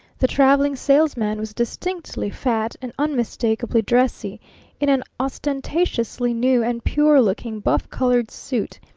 the traveling salesman was distinctly fat and unmistakably dressy in an ostentatiously new and pure-looking buff-colored suit,